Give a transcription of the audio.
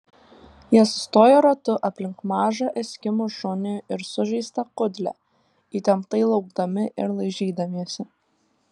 jie sustojo ratu aplink mažą eskimų šunį ir sužeistą kudlę įtemptai laukdami ir laižydamiesi